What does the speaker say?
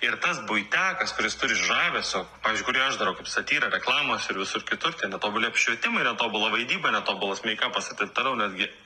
ir tas buitekas kuris turi žavesio pavyzdžiui kurį aš darau kaip satyrą reklamos ir visur kitur ten netobuli apšvietimai ir netobula vaidyba netobulas meikapas ir taip toliau netgi